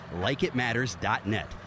LikeItMatters.net